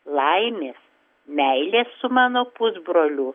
laimės meilės su mano pusbroliu